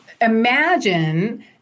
imagine